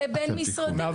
זה בין-משרדי.